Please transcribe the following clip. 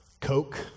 Coke